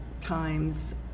times